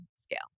scale